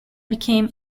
became